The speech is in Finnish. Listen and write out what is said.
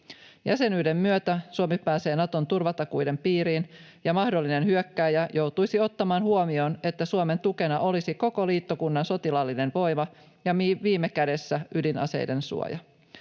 Jäsenyyden myötä Suomi pääsee Naton turvatakuiden piiriin, ja mahdollinen hyökkääjä joutuisi ottamaan huomioon, että Suomen tukena olisi koko liittokunnan sotilaallinen voima ja viime kädessä ydinaseiden suoja.